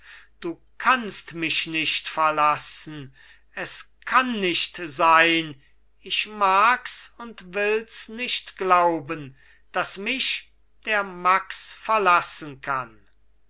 du kannst mich nicht verlassen es kann nicht sein ich mags und wills nicht glauben daß mich der max verlassen kann